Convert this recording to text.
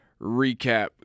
recap